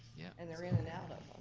yeah. and they're in and out of